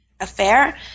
affair